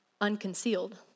unconcealed